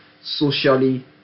socially